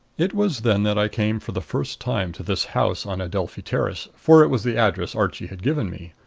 it was then that i came for the first time to this house on adelphi terrace, for it was the address archie had given me.